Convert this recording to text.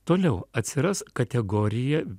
toliau atsiras kategorija